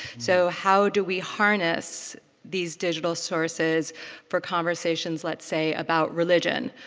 so how do we harness these digital sources for conversations let's say about religion?